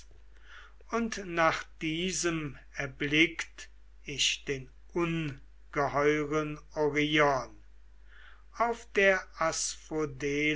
und nach diesem erblickt ich den ungeheuren orion auf der